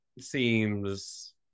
seems